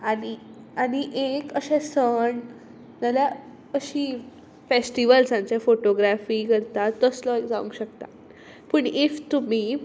आनी आनी एक अशे सण नाजाल्यार अशी फॅस्टिवल्सांचे फोटोग्रॅफी करता तसलो जावंक शकता पूण ईफ तुमी